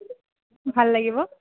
ভাল লাগিব